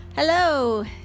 Hello